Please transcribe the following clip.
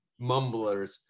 mumblers